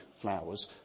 flowers